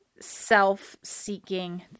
self-seeking